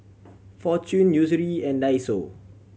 Fortune and Daiso